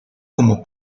como